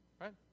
right